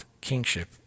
kingship